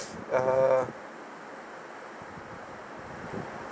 uh